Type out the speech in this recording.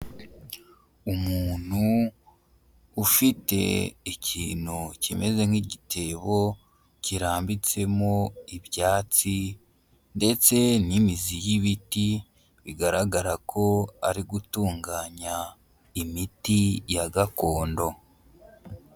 Umuntu ufite ikintu kimeze nk'igitebo kirambitsemo ibyatsi ndetse n'imizi y'ibiti, bigaragara ko ari gutunganya imiti ya gakondo.